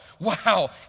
wow